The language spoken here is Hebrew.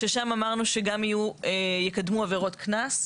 שם אמרנו שגם יקדמו עברות קנס,